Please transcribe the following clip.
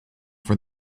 for